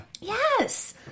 Yes